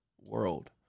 world